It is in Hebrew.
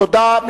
תודה.